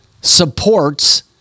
supports